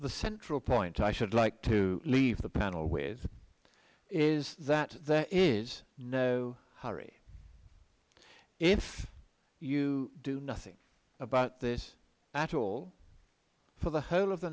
the central point i should like to leave the panel with is that there is no hurry if you do nothing about this at all for the whole of the